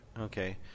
Okay